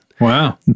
Wow